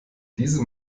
diese